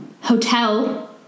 hotel